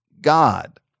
God